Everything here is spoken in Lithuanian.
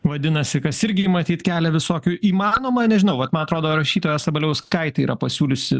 vadinasi kas irgi matyt kelia visokių įmanoma nežinau vat man atrodo rašytoja sabaliauskaitė yra pasiūliusi